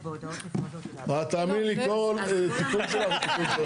את, תאמיני לי, כל תיקון שלך הוא תיקון טוב.